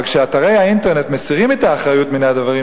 אבל כשאתרי האינטרנט מסירים את האחריות מן הדברים